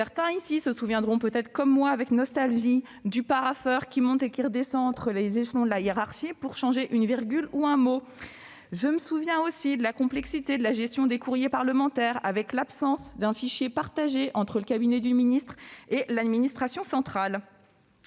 Certains ici se rappelleront peut-être comme moi avec nostalgie du parapheur qui monte et qui redescend entre les échelons hiérarchiques pour changer une virgule ou un mot. Je me souviens aussi de la complexité de la gestion des courriers parlementaires, avec l'absence d'un fichier partagé entre le cabinet du ministre et l'administration centrale.